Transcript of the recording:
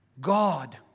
God